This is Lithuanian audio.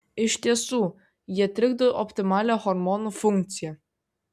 iš tiesų jie trikdo optimalią hormonų funkciją